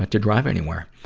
but to drive anywhere.